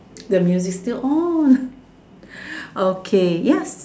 the music still on okay yes